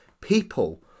people